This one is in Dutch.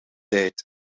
tijd